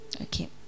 Okay